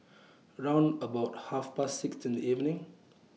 round about Half Past six in The evening